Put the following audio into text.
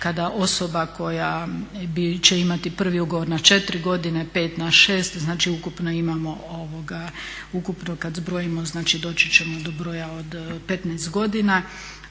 kada osoba koja će imati prvi ugovor na 4 godine, 5 na 6 znači ukupno imamo kad zbrojimo znači doći ćemo do broja od 15 godina.